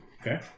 Okay